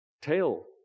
Tail